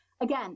again